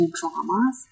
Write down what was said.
dramas